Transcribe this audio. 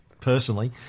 personally